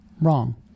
wrong